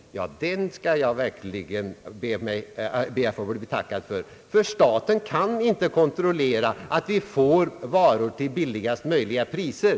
En sådan skall jag be att få betacka mig för. Staten kan inte kontrollera att vi får varor till billigaste möjliga priser.